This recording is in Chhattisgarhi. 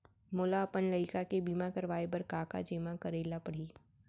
मोला अपन लइका के बीमा करवाए बर का का जेमा करे ल परही?